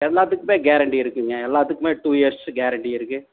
எல்லாத்துக்குமே கேரண்டி இருக்குதுங்க எல்லாத்துக்குமே டூ இயர்ஸ் கேரண்டி இருக்குது